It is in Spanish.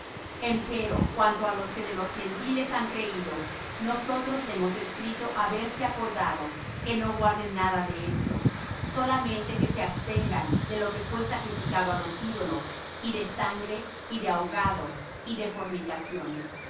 ley empero cuanto á los que de los gentiles han creído nosotros hemos escrito haberse acordado que no guarden nada de esto solamente que se abstengan de lo que fue sacrificado á los ídolos y de sangre y de ahogado y de fornicación